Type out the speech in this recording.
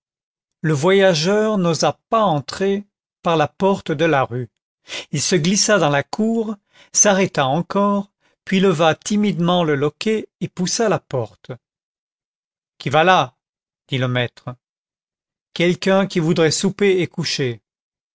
le voyageur n'osa pas entrer par la porte de la rue il se glissa dans la cour s'arrêta encore puis leva timidement le loquet et poussa la porte qui va là dit le maître quelqu'un qui voudrait souper et coucher